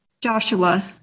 Joshua